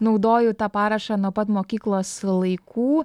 naudoju tą parašą nuo pat mokyklos laikų